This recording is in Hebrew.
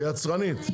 זה יצרנית.